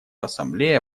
ассамблея